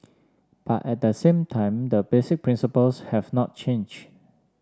but at the same time the basic principles have not changed